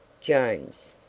jones.